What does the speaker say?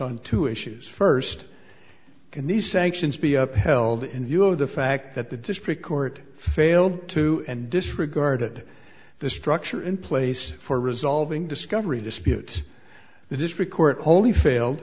on two issues first can these sanctions be upheld in view of the fact that the district court failed to and disregarded the structure in place for resolving discovery disputes the district court only failed